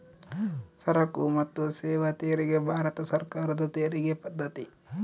ಸರಕು ಮತ್ತು ಸೇವಾ ತೆರಿಗೆ ಭಾರತ ಸರ್ಕಾರದ ತೆರಿಗೆ ಪದ್ದತಿ